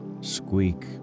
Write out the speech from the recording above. squeak